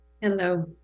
Hello